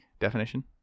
definition